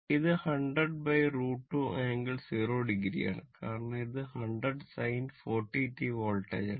ഇത് 100√2 ∟0 o ആണ് കാരണം ഇത് 100 sin 40 t വോൾട്ടേജാണ്